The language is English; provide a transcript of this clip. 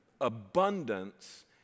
abundance